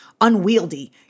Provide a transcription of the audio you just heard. Unwieldy